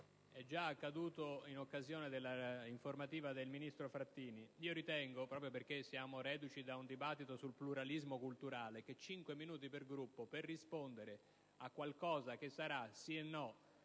(è già accaduto in occasione dell'informativa del ministro Frattini). Ritengo, proprio perché siamo reduci da un dibattito sul pluralismo culturale, che attribuire cinque minuti per Gruppo per rispondere a qualcosa che sarà sì e no